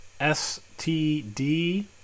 STD